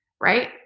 Right